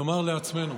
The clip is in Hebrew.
כלומר לעצמנו.